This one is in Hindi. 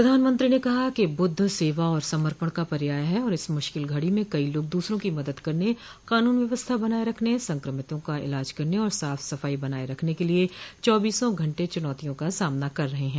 प्रधानमंत्री ने कहा कि बुद्ध सेवा और समर्पण का पर्याय हैं और इस मुश्किल घड़ी में कई लोग दूसरों की मदद करने कानून व्यवस्था बनाये रखने संक्रमितों का इलाज करने और साफ सफाई बनाये रखने के लिए चौबीसो घंटे चुनौतियों का सामना कर रहे हैं